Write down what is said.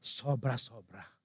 sobra-sobra